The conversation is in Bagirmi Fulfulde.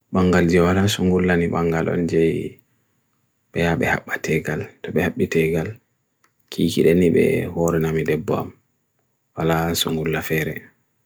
Ñaɓɓirɗi no waɗi kulol ndondi, waɗi waɗtani dow hawndu maaɓe ko njama.